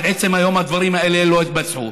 עד עצם היום הדברים האלה לא התבצעו.